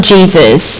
Jesus